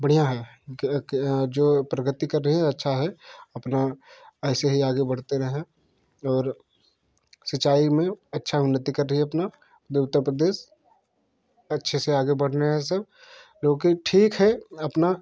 बढ़िया है जो प्रगति कर रही है अच्छा है अपना ऐसे ही आगे बढ़ते रहें और सिंचाई में अच्छी उन्नति कर रही है अपना उत्तर प्रदेश अच्छे से आगे बढ़ना है सब जो की ठीक है अपना